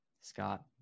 Scott